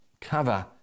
cover